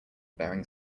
bearing